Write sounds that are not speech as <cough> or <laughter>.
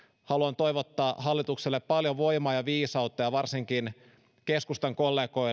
haluan toivottaa hallitukselle paljon voimaa ja viisautta varsinkin toivon että keskustan kollegat <unintelligible>